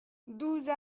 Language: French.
douze